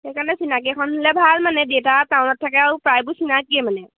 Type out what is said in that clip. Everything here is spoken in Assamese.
সেইকাৰণে চিনাকি এখন হ'লে ভাল মানে দেউতা টাউনত থাকে আৰু প্ৰায়বোৰ চিনাকীয়ে মানে